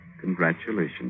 Congratulations